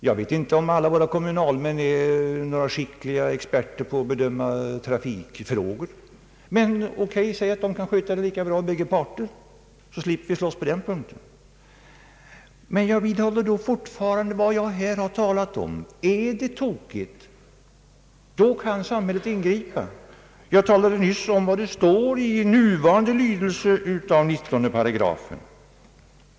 Jag vet inte om alla kommunalmän är experter på att bedöma trafik frågor. Men låt oss säga att båda parter kan sköta det hela lika bra, så slipper vi slåss på den punkten. Jag vidhåller då fortfarande vad jag talat om, nämligen att samhället kan ingripa om det privata trafikföretaget sköter sin uppgift dåligt. Jag talade nyss om vad som står i nuvarande lydelsen av 198.